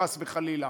חס וחלילה,